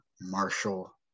Marshall